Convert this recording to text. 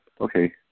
Okay